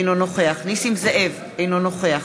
אינו נוכח נסים זאב, אינו נוכח